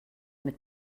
mit